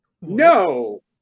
No